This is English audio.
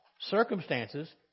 circumstances